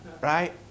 Right